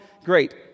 Great